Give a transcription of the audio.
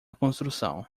construção